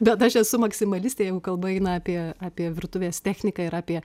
bet aš esu maksimalistė jeigu kalba eina apie apie virtuvės techniką ir apie